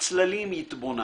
בצללים יתבונן.